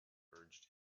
urged